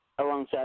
alongside